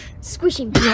squishing